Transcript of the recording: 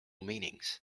meanings